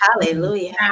Hallelujah